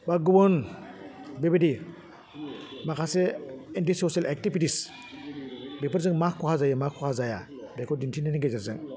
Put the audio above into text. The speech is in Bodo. बा गुबुन बेबायदि माखासे एन्टि ससियेल एक्टिभिटिस बेफोरजों मा खहा जायो मा खहा जाया बेखौ दिन्थिनायनि गेजेरजों